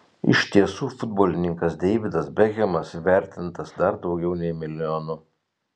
iš tiesų futbolininkas deividas bekhemas įvertintas dar daugiau nei milijonu